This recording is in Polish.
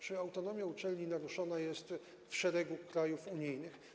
Czy autonomia uczelni naruszana jest w wielu krajach unijnych?